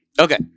Okay